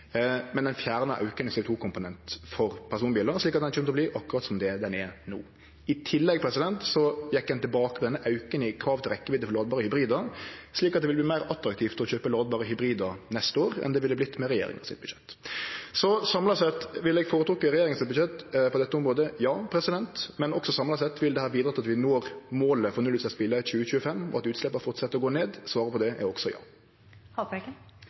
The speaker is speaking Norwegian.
men ein fjerna auken i CO 2 -komponenten for personbilar, slik at han kjem til å vere akkurat slik han er no. I tillegg gjekk ein tilbake på auken i krav til rekkjevidde for ladbare hybridbilar, slik at det vil verte meir attraktivt å kjøpe ladbare hybridar neste år enn det ville ha vorte med regjeringa sitt budsjettforslag. Samla sett: Ville eg ha føretrekt regjeringa sitt budsjett på dette området? Ja. Men også samla sett: Vil dette bidra til at vi når målet for nullutsleppsbilar i 2025, og at utsleppa held fram med å gå ned? Svaret på det er også